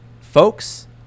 folks